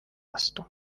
vastu